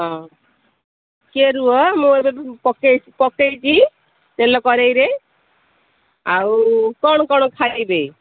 ହଁ ଟିକେ ରୁହ ମୁଁ ଏବେ ପକାଇଛି ତେଲ କଡ଼ାଇରେ ଆଉ କ'ଣ କ'ଣ ଖାଇବେ